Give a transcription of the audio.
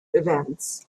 events